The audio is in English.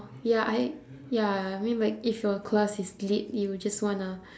ya I ya I mean like if your class is delayed you would just wanna